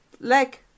Leg